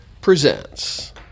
presents